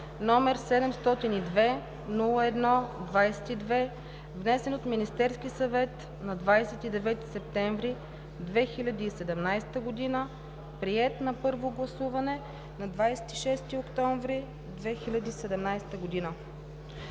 № 702-01-22, внесен от Министерския съвет на 29 септември 2017 г., приет на първо гласуване на 26 октомври 2017 г.